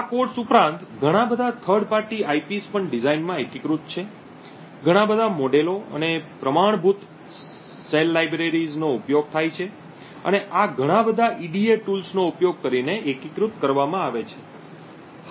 આ કોડ્સ ઉપરાંત ઘણાં બધાં થર્ડ પાર્ટી IPs પણ ડિઝાઇનમાં એકીકૃત છે ઘણા બધા મોડેલો અને પ્રમાણભૂત cellસેલ લાઇબ્રેરીઓનો ઉપયોગ થાય છે અને આ બધા ઘણા EDA ટૂલ્સનો ઉપયોગ કરીને એકીકૃત કરવામાં આવે છે